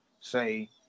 say